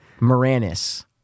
Moranis